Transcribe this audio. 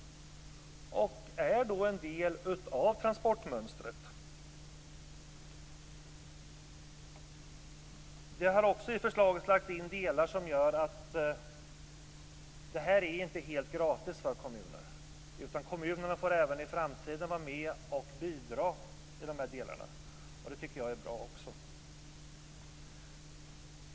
Därmed är dessa flygplatser en del av transportmönstret. Dessutom har i förslaget lagts in delar som gör att det här inte är helt gratis för kommunerna, utan de får även i framtiden vara med och bidra i dessa avseenden. Det tycker jag är bra.